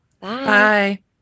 Bye